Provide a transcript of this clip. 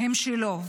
הם שלו,